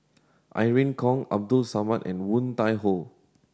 Irene Khong Abdul Samad and Woon Tai Ho